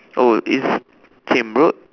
oh is same bro